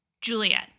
Juliet